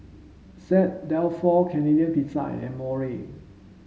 Saint Dalfour Canadian Pizza and